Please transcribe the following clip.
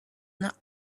not